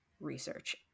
research